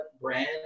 brand